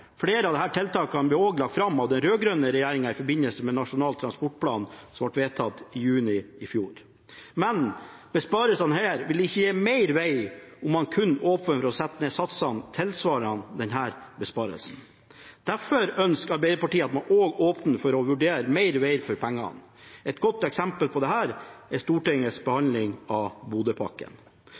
Flere av disse tiltakene ble også lagt fram av den rød-grønne regjeringen i forbindelse med Nasjonal transportplan, som ble vedtatt i juni i fjor. Men besparelsene her vil ikke gi mer veg om man kun åpner for å sette ned satsene tilsvarende denne besparelsen. Derfor ønsker Arbeiderpartiet at man også åpner for å vurdere mer veg for disse pengene. Et godt eksempel på dette er Stortingets behandling av